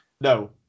No